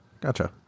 Gotcha